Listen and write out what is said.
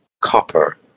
copper